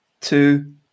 two